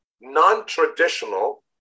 non-traditional